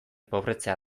pobretzea